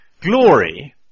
Glory